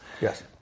Yes